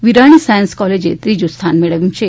Virani science કોલેજે ત્રીજુ સ્થાન મેળવ્યું છે